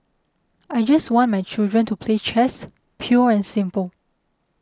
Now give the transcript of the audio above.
I just want my children to play chess pure and simple